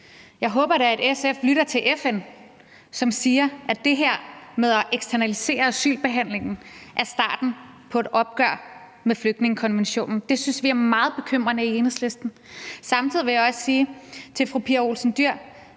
Jeg håber da, at SF lytter til FN, som siger, at det her med at eksternalisere asylbehandlingen er starten på et opgør med flygtningekonventionen. Det synes vi i Enhedslisten er meget bekymrende. Samtidig vil jeg også sige til fru Pia Olsen Dyhr,